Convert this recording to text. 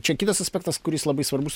čia kitas aspektas kuris labai svarbus